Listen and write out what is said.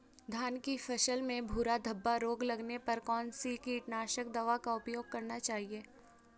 धान की फसल में भूरा धब्बा रोग लगने पर कौन सी कीटनाशक दवा का उपयोग करना चाहिए?